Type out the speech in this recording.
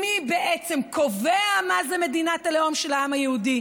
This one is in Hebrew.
מי בעצם קובע מה זה מדינת הלאום של העם היהודי.